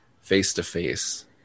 face-to-face